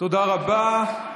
אתם מדברים.